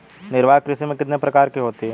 निर्वाह कृषि कितने प्रकार की होती हैं?